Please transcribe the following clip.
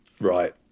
Right